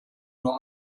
nur